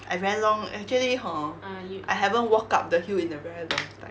I very long actually hor I haven't walk up the hill in a very long